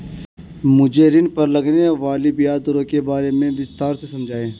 मुझे ऋण पर लगने वाली ब्याज दरों के बारे में विस्तार से समझाएं